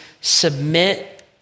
submit